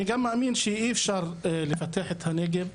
אני גם מאמין שאי אפשר לפתח את הנגב,